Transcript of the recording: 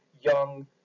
Young